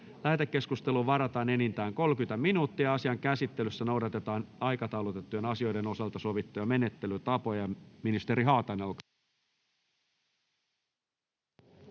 Lähetekeskusteluun varataan enintään 30 minuuttia. Asian käsittelyssä noudatetaan aikataulutettujen asioiden osalta sovittuja menettelytapoja.